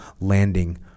landing